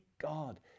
God